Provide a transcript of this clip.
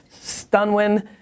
Stunwin